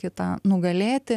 kitą nugalėti